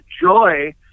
joy